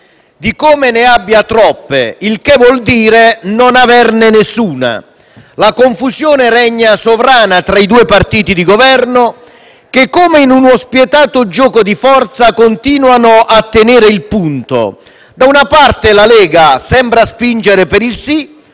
di come ne abbia troppe. Ciò vuol dire non averne nessuna. La confusione regna sovrana tra i due partiti di Governo che, come in uno spietato gioco di forza, continuano a tenere il punto. Da una parte la Lega sembra spingere per il sì;